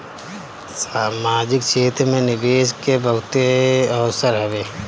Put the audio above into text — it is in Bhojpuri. सामाजिक क्षेत्र में निवेश के बहुते अवसर हवे